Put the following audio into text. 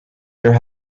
there